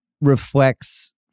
reflects